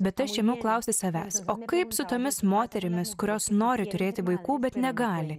bet aš ėmiau klausti savęs o kaip su tomis moterimis kurios nori turėti vaikų bet negali